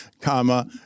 comma